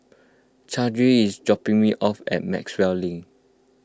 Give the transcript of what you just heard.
Chauncy is dropping me off at Maxwell Link